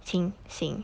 情形